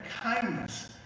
kindness